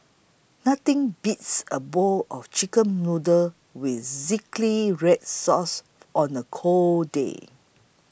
nothing beats a bowl of Chicken Noodles with Zingy Red Sauce on a cold day